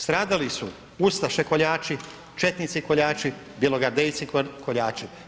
Stradali su ustaše koljački, četnici koljači, bjelogardejci koljači.